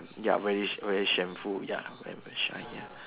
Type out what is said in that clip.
ya very very shameful ya very very shy ya